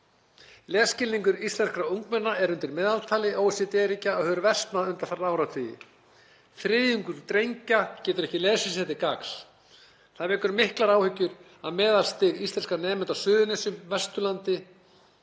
Lesskilningur íslenskra ungmenna er undir meðaltali OECD-ríkja og hefur versnað undanfarna áratugi. Þriðjungur drengja getur ekki lesið sér til gagns. Það vekur miklar áhyggjur að meðalstig íslenskra nemenda á Suðurnesjum, Vesturlandi